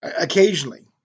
Occasionally